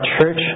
church